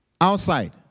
outside